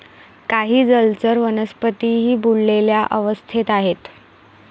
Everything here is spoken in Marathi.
काही जलचर वनस्पतीही बुडलेल्या अवस्थेत आहेत